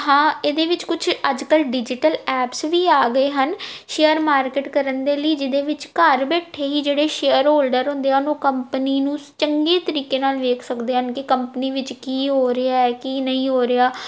ਹਾਂ ਇਹਦੇ ਵਿੱਚ ਕੁਝ ਅੱਜ ਕੱਲ੍ਹ ਡਿਜੀਟਲ ਐਪਸ ਵੀ ਆ ਗਏ ਹਨ ਸ਼ੇਅਰ ਮਾਰਕੀਟ ਕਰਨ ਦੇ ਲਈ ਜਿਹਦੇ ਵਿੱਚ ਘਰ ਬੈਠੇ ਹੀ ਜਿਹੜੇ ਸ਼ੇਅਰ ਹੋਲਡਰ ਹੁੰਦੇ ਆ ਉਹਨੂੰ ਕੰਪਨੀ ਨੂੰ ਚੰਗੇ ਤਰੀਕੇ ਨਾਲ ਵੇਖ ਸਕਦੇ ਹਨ ਕਿ ਕੰਪਨੀ ਵਿੱਚ ਕੀ ਹੋ ਰਿਹਾ ਹੈ ਕੀ ਨਹੀਂ ਹੋ ਰਿਹਾ